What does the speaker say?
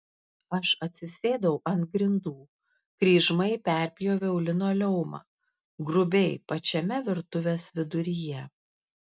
aš atsisėdau ant grindų kryžmai perpjoviau linoleumą grubiai pačiame virtuvės viduryje